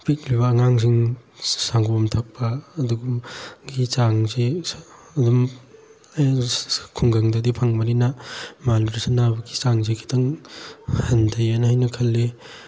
ꯄꯤꯛꯂꯤꯕ ꯑꯉꯥꯡꯁꯤꯡ ꯁꯪꯒꯣꯝ ꯊꯛꯄ ꯑꯗꯨꯝꯕꯒꯤ ꯆꯥꯡꯁꯦ ꯑꯗꯨꯝ ꯈꯨꯡꯒꯪꯗꯗꯤ ꯐꯪꯕꯅꯤꯅ ꯃꯥꯜꯅꯨꯇ꯭ꯔꯤꯁꯟ ꯅꯥꯕꯒꯤ ꯆꯥꯡꯁꯦ ꯈꯤꯇꯪ ꯍꯟꯊꯩꯑꯦꯅ ꯑꯩꯅ ꯈꯜꯂꯤ